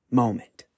moment